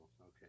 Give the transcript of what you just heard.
Okay